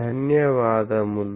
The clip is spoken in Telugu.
ధన్యవాదములు